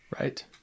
Right